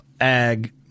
ag